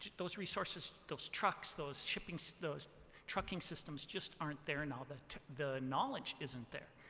ah those resources, those trucks, those trucking so those trucking systems, just aren't there now. the the knowledge isn't there.